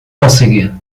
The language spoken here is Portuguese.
consegui